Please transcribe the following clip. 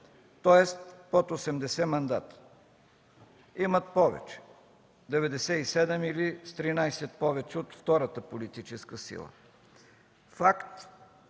тоест под осемдесет мандата. Имат повече – 97, или с 13 повече от втората политическа сила. Факт,